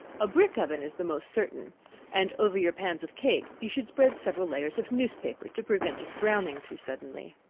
a brick oven is the most certain and over your pans of cake, you should spread several layers of newspaper, to prevent its browning too suddenly.